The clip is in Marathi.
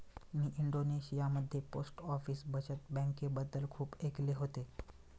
मी इंडोनेशियामध्ये पोस्ट ऑफिस बचत बँकेबद्दल खूप ऐकले होते